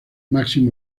máximo